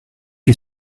est